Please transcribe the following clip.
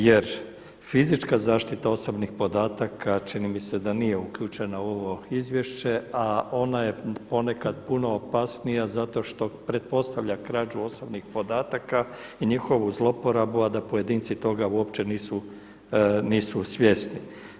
Jer fizička zaštita osobnih podataka čini mi se da nije uključena u ovo izvješće, a ona je ponekad puno opasnija zato što pretpostavlja krađu osobnih podataka i njihovu zloporabu, a da pojedinci toga uopće nisu svjesni.